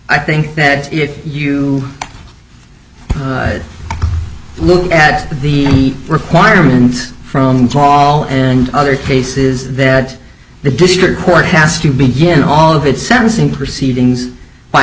i think that you look at the requirements from fall and other cases that the district court has to begin all of its sentencing proceedings